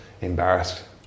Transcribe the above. embarrassed